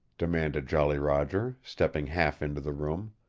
demanded jolly roger, stepping half into the room.